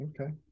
Okay